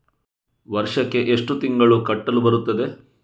ವರ್ಷಕ್ಕೆ ಎಷ್ಟು ತಿಂಗಳು ಕಟ್ಟಲು ಬರುತ್ತದೆ?